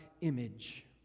image